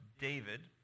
David